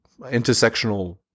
intersectional